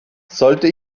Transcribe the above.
sollte